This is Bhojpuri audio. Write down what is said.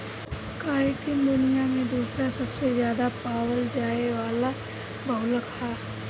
काइटिन दुनिया में दूसरा सबसे ज्यादा पावल जाये वाला बहुलक ह